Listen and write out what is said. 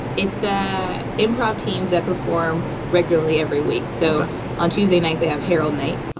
it's ah improv teams that perform regularly every week. so on tuesday nights, they have harold night.